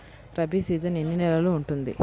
Rabi season ఎన్ని నెలలు ఉంటుంది?